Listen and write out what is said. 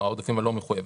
העודפים הלא מחויבים.